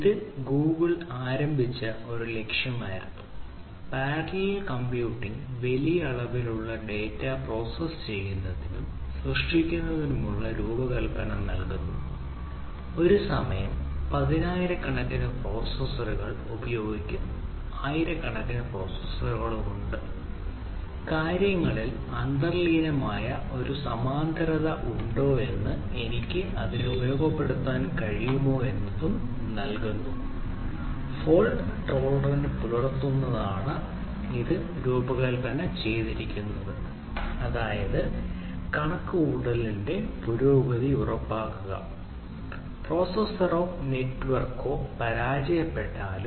ഇത് ഗൂഗിൾ ആരംഭിച്ച ഒരു ലക്ഷ്യമായിരുന്നു പാരലൽ കംപ്യൂട്ടിങ്ങിലൂടെ പരാജയപ്പെട്ടാലും